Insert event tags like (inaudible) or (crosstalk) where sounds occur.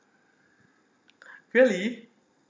(noise) really